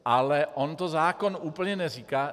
Ale on to zákon úplně neříká.